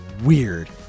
weird